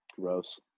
gross